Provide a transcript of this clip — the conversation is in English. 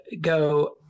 go